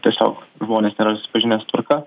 tiesiog žmonės nėra susipažinę su tvarka